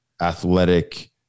athletic